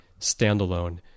standalone